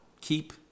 keep